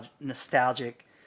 nostalgic